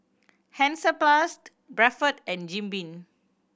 Hansaplast Bradford and Jim Beam